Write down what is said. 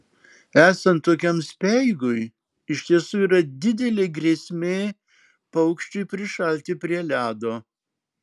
esant tokiam speigui iš tiesų yra didelė grėsmė paukščiui prišalti prie ledo